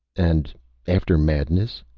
and after madness?